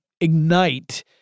ignite